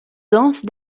dense